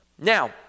now